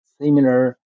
similar